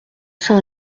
saint